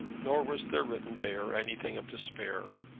nor was there written there anything of despair.